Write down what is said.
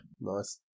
Nice